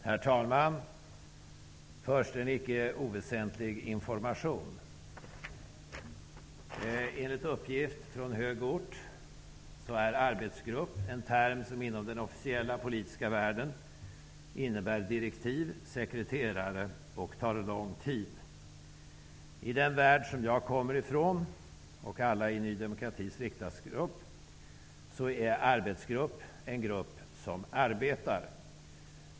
Herr talman! Först en icke oväsentlig information. Enligt uppgift från hög ort är ''arbetsgrupp'' en term som inom den officiella politiska världen innebär: direktiv; sekreterare; tar lång tid. I den värld som jag och alla i Ny demokratis riksdagsgrupp kommer från är ''arbetsgrupp'' en grupp som arbetar.